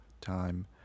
time